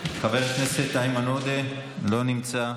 חבר הכנסת איימן עודה, לא נמצא.